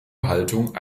haltung